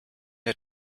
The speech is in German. der